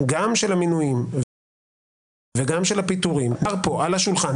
גם של המינויים וגם של הפיטורים היה פה על השולחן,